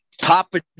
papa